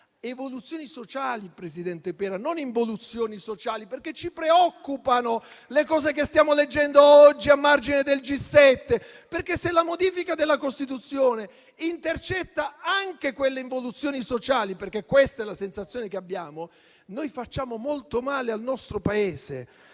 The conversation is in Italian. Evoluzioni sociali, presidente Pera, non involuzioni sociali. Ci preoccupano le cose che stiamo leggendo oggi a margine del G7. Se infatti la modifica della Costituzione intercetta anche quelle involuzioni sociali - questa è la sensazione che abbiamo - facciamo molto male al nostro Paese.